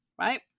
Right